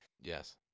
Yes